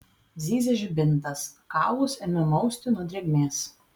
zyzė žibintas kaulus ėmė mausti nuo drėgmės